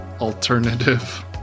alternative